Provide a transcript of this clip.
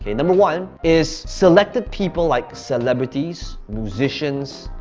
number one is selected people like celebrities, musicians,